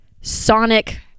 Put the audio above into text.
Sonic